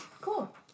Cool